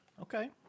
Okay